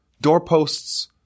doorposts